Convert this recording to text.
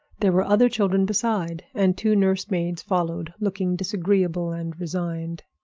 there were other children beside, and two nurse-maids followed, looking disagreeable and resigned.